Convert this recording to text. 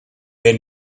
been